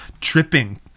tripping